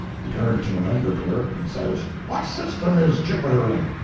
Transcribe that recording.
he turned to an under clerk and says what system is jupiter in?